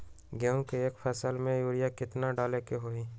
गेंहू के एक फसल में यूरिया केतना डाले के होई?